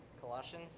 Colossians